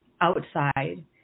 outside